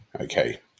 Okay